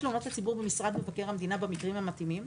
תלונות הציבור במשרד מבקר המדינה במקרים המתאימים.